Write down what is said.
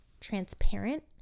transparent